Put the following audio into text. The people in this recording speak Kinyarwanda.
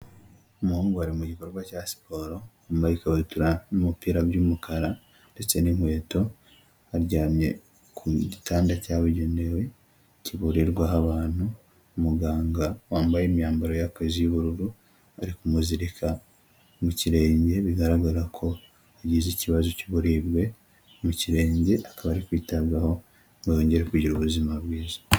Umuhungu ari mu gikorwa cya siporo, yambaye ikabutura n'umupira by'umukara, ndetse n'inkweto, baryamye ku gitanda cyabugenewe, kivurirwaho abantu, umuganga wambaye imyambaro y'akazi y'ubururu ari kumuzirika mu kirenge, bigaragara ko yagize ikibazo cy'uburebwe mu kirenge, akaba ari kwitabwaho ngo yongere kugira ubuzima bwiza.